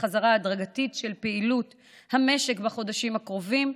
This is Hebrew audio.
לחזרה הדרגתית של פעילות המשק בחודשים הקרובים,